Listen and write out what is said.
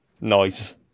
nice